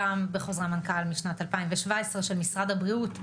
גם בחוזרי המנכ"ל משנת 2017 של משרד הבריאות,